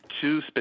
two